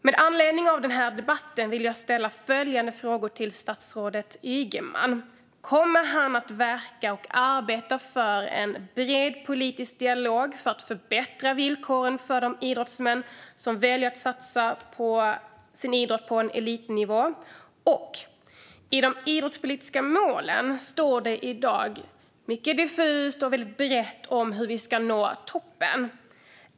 Med anledning av denna debatt vill jag ställa följande frågor till statsrådet Ygeman: Kommer Ygeman att verka och arbeta för en bred politisk dialog för att förbättra villkoren för de idrottsmän som väljer att satsa på sin idrott på elitnivå? I de idrottspolitiska målen står det i dag mycket diffust och väldigt brett om hur vi ska nå toppen.